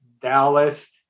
Dallas